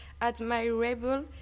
admirable